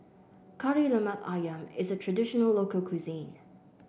Kari Lemak ayam is a traditional local cuisine